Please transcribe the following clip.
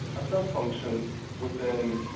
a sub-function within